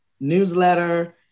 newsletter